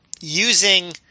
using